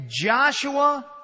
Joshua